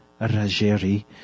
Rajeri